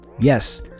Yes